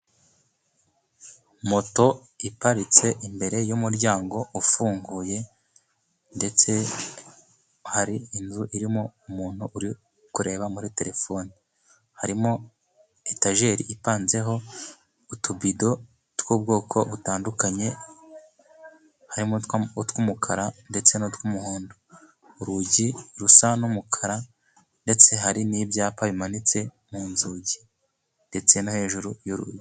Moto iparitse imbere y'umuryango ufunguye, ndetse hari inzu irimo umuntu uri kureba muri terefone. Harimo etajeri ipanzeho utubido tw'ubwoko butandukanye, harimo utw'umukara ndetse n'utw'umuhondo. Urugi rusa n'umukara, ndetse hari n'ibyapa bimanitse mu nzugi ndetse no hejuru y'urugi.